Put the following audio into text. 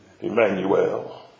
Emmanuel